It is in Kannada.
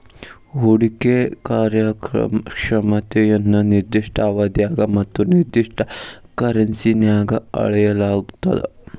ಹೂಡ್ಕಿ ಕಾರ್ಯಕ್ಷಮತೆಯನ್ನ ನಿರ್ದಿಷ್ಟ ಅವಧ್ಯಾಗ ಮತ್ತ ನಿರ್ದಿಷ್ಟ ಕರೆನ್ಸಿನ್ಯಾಗ್ ಅಳೆಯಲಾಗ್ತದ